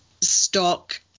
stock